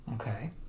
Okay